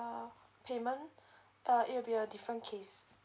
err payment uh it will be a different case